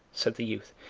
said the youth,